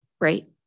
right